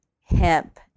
hemp